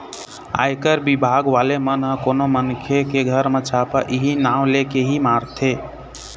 आयकर बिभाग वाले मन ह कोनो मनखे के घर म छापा इहीं नांव लेके ही मारथे